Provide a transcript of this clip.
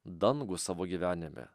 dangų savo gyvenime